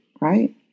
Right